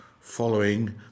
following